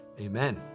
Amen